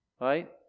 Right